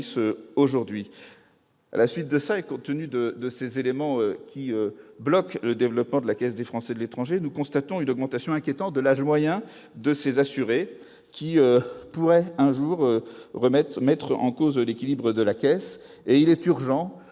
aujourd'hui. Compte tenu de ces éléments qui bloquent le développement de la Caisse des Français de l'étranger, nous constatons une augmentation inquiétante de l'âge moyen de ses assurés qui pourrait un jour remettre en cause son équilibre. Il est donc urgent